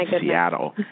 Seattle